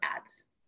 ads